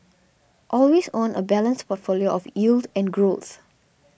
always own a balanced portfolio of yield and growth